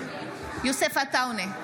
יוסף עטאונה,